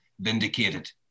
vindicated